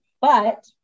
but-